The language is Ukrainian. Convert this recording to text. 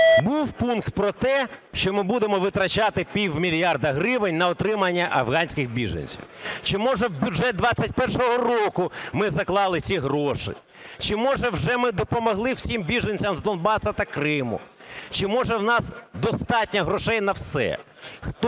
був пункт про те, що ми будемо витрачати півмільярда гривень на утримання афганських біженців. Чи може в бюджет 21-го року ми заклали ці гроші? Чи може вже ми допомогли всім біженцям з Донбасу та Криму? Чи може в нас достатньо грошей на все?